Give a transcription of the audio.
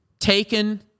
taken